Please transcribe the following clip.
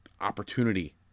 opportunity